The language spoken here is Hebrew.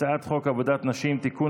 הצעת חוק עבודת נשים (תיקון,